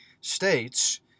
states